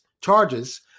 charges